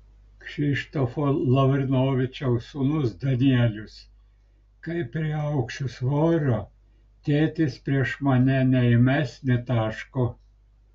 kšištofo lavrinovičiaus sūnus danielius kai priaugsiu svorio tėtis prieš mane neįmes nė taško